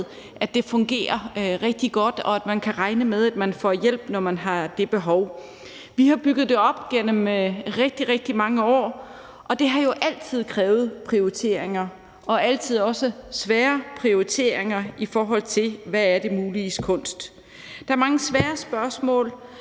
at det fungerer rigtig godt, og at man kan regne med, at man får hjælp, når man har det behov. Vi har bygget det op gennem rigtig, rigtig mange år, og det har jo altid krævet prioriteringer og også svære prioriteringer, i forhold til hvad det muliges kunst er. Der er mange svære spørgsmål,